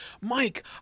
Mike